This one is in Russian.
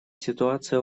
ситуация